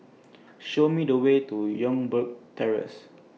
Show Me The Way to Youngberg Terrace